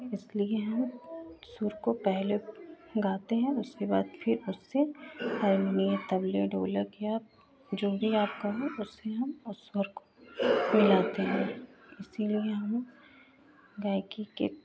इसलिए हम सुर को पहले गाते हैं उसके बाद फिर उससे हरमुनिए तबले ढोलक या जो भी आप कहो उससे हम उस स्वर को मिलाते हैं इसलिए हम गायकी के